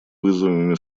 вызовами